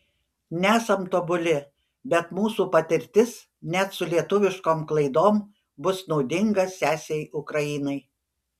nesam tobuli bet mūsų patirtis net su lietuviškom klaidom bus naudinga sesei ukrainai